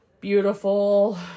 Beautiful